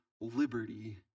liberty